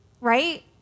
right